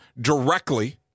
directly